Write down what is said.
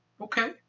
Okay